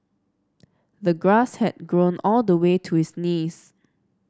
the grass had grown all the way to his knees